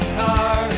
car